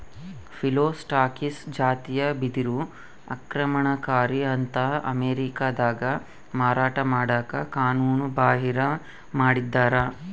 Phyllostachys ಜಾತಿಯ ಬಿದಿರು ಆಕ್ರಮಣಕಾರಿ ಅಂತ ಅಮೇರಿಕಾದಾಗ ಮಾರಾಟ ಮಾಡಕ ಕಾನೂನುಬಾಹಿರ ಮಾಡಿದ್ದಾರ